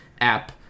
app